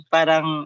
Parang